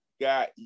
got